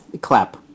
clap